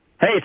Hey